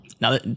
Now